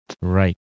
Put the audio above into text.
Right